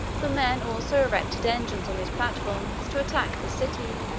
the men also erected engines on these platforms to attack the city.